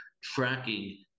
tracking